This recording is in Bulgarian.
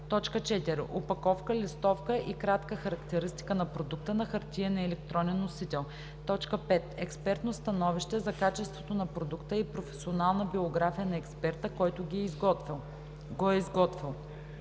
4. опаковка, листовка и кратка характеристика на продукта на хартиен и електронен носител; 5. експертно становище за качеството на продукта и професионална биография на експерта, който го е изготвил;